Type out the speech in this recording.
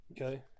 Okay